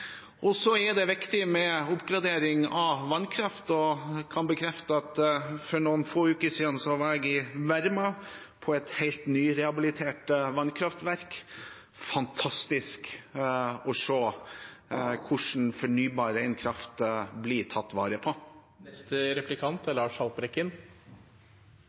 Det er viktig med oppgradering av vannkraft, og jeg kan bekrefte at for noen få uker siden var jeg i Verma på et helt nyrehabilitert vannkraftverk. Det var fantastisk å se hvordan fornybar ren kraft blir tatt vare på.